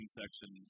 section